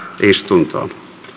täysistuntoon